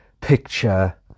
picture